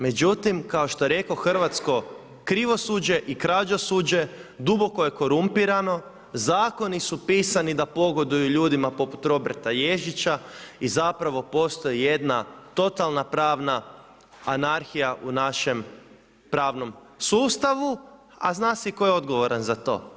Međutim, kao što rekoh hrvatsko krivosuđe i krađosuđe duboko je korumpirano, zakoni su pisani da pogoduju ljudima poput Roberta Ježića i zapravo postoji jedna totalna pravna anarhija u našem pravnom sustavu a zna se i tko je odgovoran za to.